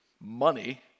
money